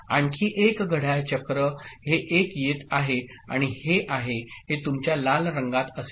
आणखी एक घड्याळ चक्र हे 1 येत आहे आणि हे आहे हे तुमच्या लाल रंगात असेल